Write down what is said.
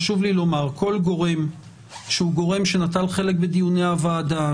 חשוב לי לומר שכל גורם שנטל חלק בדיוני הוועדה,